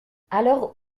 alors